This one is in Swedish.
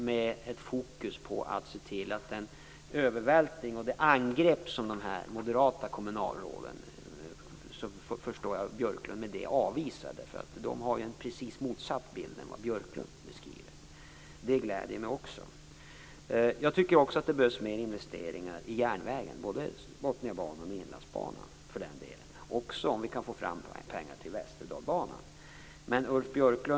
Jag förstår att Björklund i och med detta avvisar angreppet från de moderata kommunalråden, som redovisar en bild som är raka motsatsen till den som Björklund beskriver. Också det gläder mig. Också jag tycker att det behövs mer investeringar i järnvägen. Det gäller Botniabanan och Inlandsbanan, och vi kanske också skulle kunna få fram mer pengar till Västerdalsbanan.